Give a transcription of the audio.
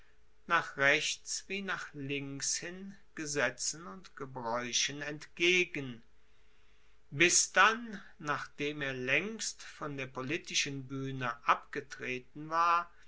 nach rechts wie nach links hin gesetzen und gebraeuchen entgegen bis dann nachdem er laengst von der politischen buehne abgetreten war